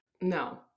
no